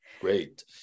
great